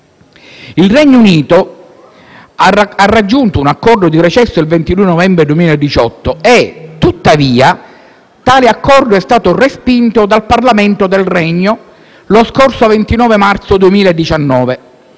del Regno Unito, che ha raggiunto un accordo di recesso il 22 novembre 2018, il quale tuttavia è stato respinto dal Parlamento del Regno lo scorso 29 marzo 2019,